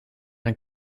een